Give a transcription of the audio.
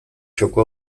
txoko